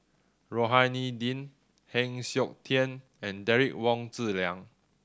Rohani Din Heng Siok Tian and Derek Wong Zi Liang